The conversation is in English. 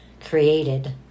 created